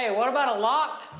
ah what about a lock?